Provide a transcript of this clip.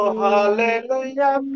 hallelujah